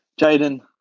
Jaden